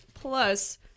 Plus